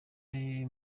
bari